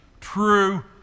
true